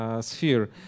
sphere